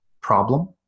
problem